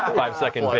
um five-second like